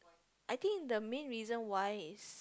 I think the main reason why is